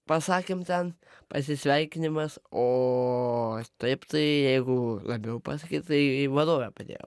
pasakėm ten pasisveikinimas o taip tai jeigu labiau pasakyt tai vadovė padėjo